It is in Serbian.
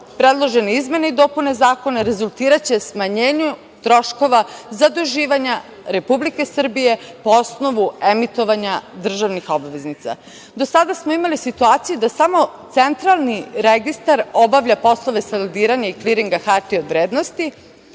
predložene izmene i dopune zakona rezultiraće smanjenju troškova zaduživanja Republike Srbije po osnovu emitovanja državnih obveznica. Do sada smo imali situacije da samo Centralni registar obavlja poslove saldiranja i kliringa hartija od vrednosti,